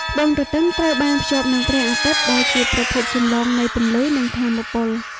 បូងទទឹមត្រូវបានភ្ជាប់នឹងព្រះអាទិត្យ ដែល ជាប្រភពចម្បងនៃពន្លឺ និងថាមពល។